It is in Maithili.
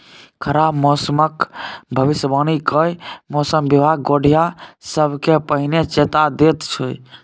खराब मौसमक भबिसबाणी कए मौसम बिभाग गोढ़िया सबकेँ पहिने चेता दैत छै